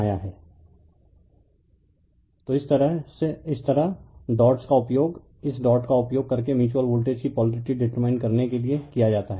refer slide time 1101 refer slide time 1107 तो इस तरह डॉट्स का उपयोग इस डॉट का उपयोग करके म्यूच्यूअल वोल्टेज की पोलारिटी डीटरमाइन करने के लिए किया जाता है